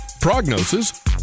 prognosis